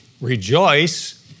Rejoice